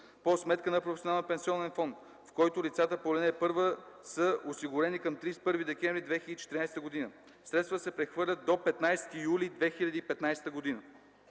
по сметка на професионалния пенсионен фонд, в който лицата по ал. 1 са осигурени към 31 декември 2014 г. Средствата се прехвърлят до 15 юли 2015 г.